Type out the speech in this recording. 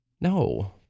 No